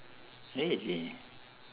really